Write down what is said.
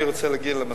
אני רוצה להגיע למסקנה: